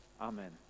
Amen